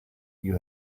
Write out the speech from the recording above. you